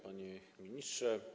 Panie Ministrze!